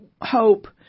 hope